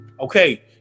Okay